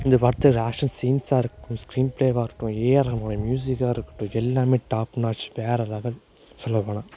இந்த படத்தில் ஆக்ஷன் சீன்ஸாக இருக்கட்டும் ஸ்க்ரீன் பிளேவாக இருக்கட்டும் ஏ ஆர் ரகுமானோட மியூசிக்காக இருக்கட்டும் எல்லாம் டாப் நாச் வேற லெவல் சொல்லப்போனால்